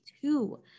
two